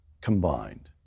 combined